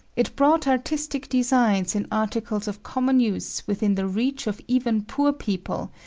it brought artistic designs in articles of common use within the reach of even poor people,